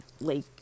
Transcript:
lake